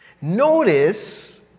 Notice